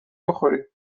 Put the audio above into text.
بخوریم